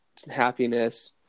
happiness